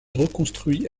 reconstruit